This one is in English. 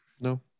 No